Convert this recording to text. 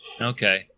Okay